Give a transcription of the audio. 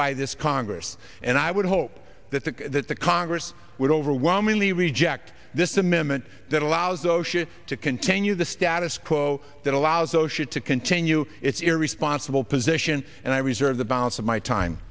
by this congress and i would hope that the that the congress would overwhelmingly reject this amendment that allows osha to continue the status quo that allows osha to continue it's a responsible position and i reserve the balance of my time